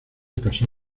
casó